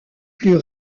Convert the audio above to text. plus